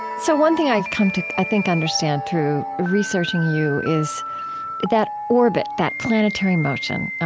so one thing i've come to, i think, understand through researching you is that orbit, that planetary motion,